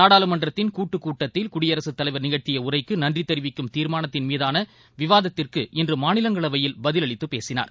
நாடாளுமன்றத்தின் கூட்டுக்கூட்டத்தில் குடியரசுத் தலைவர் நிகழ்த்தியஉரைக்குநன்றிதெரிவிக்கும் தீர்மானத்தின் மீதானவிவாதத்திற்கு இன்றுமாநிலங்களவையில் பதிலளித்துபேசினார்